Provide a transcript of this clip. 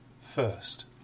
first